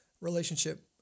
relationship